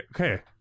okay